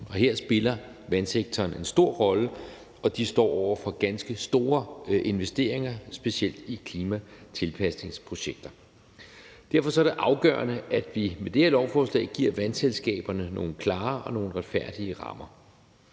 her spiller vandsektoren en stor rolle, og de står over for ganske store investeringer, specielt i klimatilpasningsprojekter. Derfor er det afgørende, at vi med det her lovforslag giver vandselskaberne nogle klare og nogle retfærdige rammer.